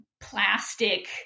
plastic